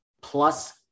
plus